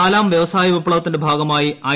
നാലാം വൃവസായ വിപ്ലവത്തിന്റെ ഭാഗമായി ഐ